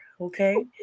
okay